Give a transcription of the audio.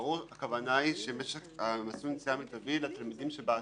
זה ברור שהכוונה היא שמשך מסלול הנסיעה המיטבי לתלמידים שבהסעה.